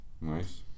Nice